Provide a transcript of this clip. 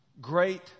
great